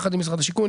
יחד עם משרד השיכון,